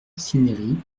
cinieri